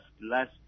last